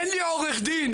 אין לי עורך דין,